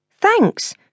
Thanks